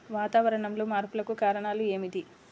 వాతావరణంలో మార్పులకు కారణాలు ఏమిటి?